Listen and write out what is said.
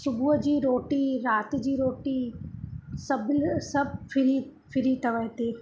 सुबुह जी रोटी राति जी रोटी सभु सभु फ्री फ्री अथव हिते